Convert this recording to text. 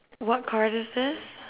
what card is this